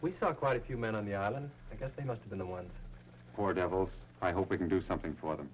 we saw quite a few men on the island because they must have been the ones for devils i hope we can do something for them